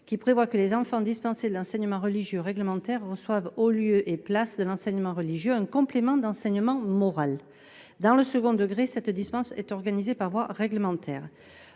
qui prévoit que les enfants dispensés de l'enseignement religieux réglementaire reçoivent au lieu et place de l'enseignement religieux un complément d'enseignement moral. Dans le second degré, cette dispense est organisée par voie réglementaire.